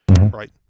right